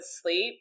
sleep